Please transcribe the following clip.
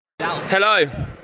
Hello